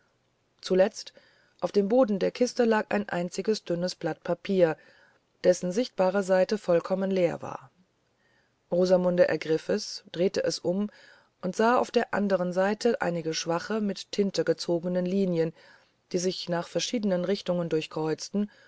zuletzt auf dem boden der kiste lag ein einziges dünnes blatt papier dessen sichtbare seite vollkommen leer war rosamunde ergriff es drehte es um und sah auf der andern seite einige schwache mit tinte gezogene linien die sich nach verschiedenen richtungen